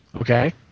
Okay